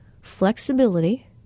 flexibility